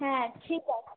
হ্যাঁ ঠিক আছে